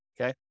Okay